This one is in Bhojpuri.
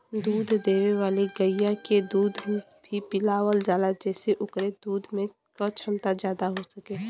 दूध देवे वाली गइया के दूध भी पिलावल जाला जेसे ओकरे दूध क छमता जादा हो सके